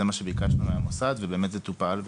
זה מה שביקשנו מהמוסד וזה טופל.